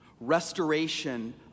restoration